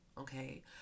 okay